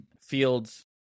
Fields